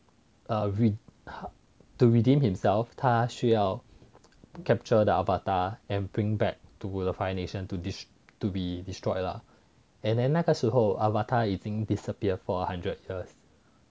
err to redeem himself 他需要 capture the avatar and bring back to the fire nation to be destroyed lah and then 那个时候 avatar 已经 disappear for one hundred years